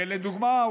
לדוגמה,